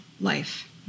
life